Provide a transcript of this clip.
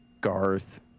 Garth